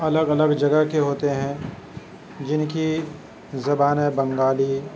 الگ الگ جگہ کے ہوتے ہیں جن کی زبانیں بنگالی